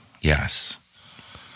Yes